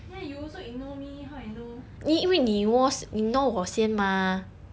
ya you also ignore me how I know